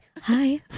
Hi